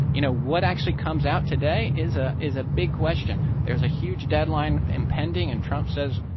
you know, what actually comes out today is a is a big question. there's a huge deadline impending. and trump says,